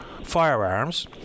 firearms